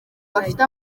bafite